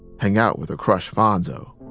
hang out with her crush, fonso.